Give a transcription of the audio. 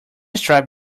stripe